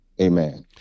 Amen